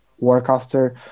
Warcaster